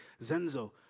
Zenzo